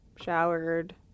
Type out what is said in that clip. showered